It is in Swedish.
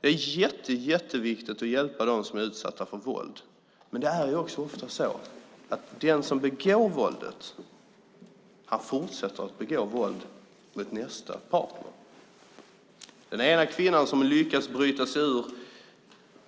Det är jätteviktigt att hjälpa dem som är utsatta för våld, men ofta fortsätter den som begår våldet att begå våld mot sin nästa partner. Den kvinna som lyckats bryta sig ur